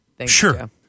Sure